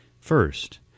First